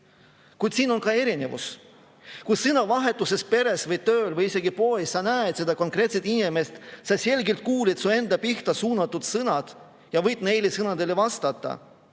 Kuid siin on ka erinevus: kui sõnavahetuses peres, tööl või isegi poes sa näed seda konkreetset inimest, sa selgelt kuuled su enda pihta suunatud sõnu ja võid neile sõnadele vastata